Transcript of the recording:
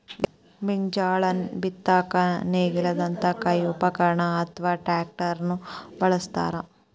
ಬೇಜಗಳನ್ನ ಬಿತ್ತಾಕ ನೇಗಿಲದಂತ ಕೈ ಉಪಕರಣ ಅತ್ವಾ ಟ್ರ್ಯಾಕ್ಟರ್ ನು ಬಳಸ್ತಾರ